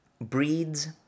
breeds